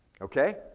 okay